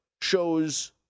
shows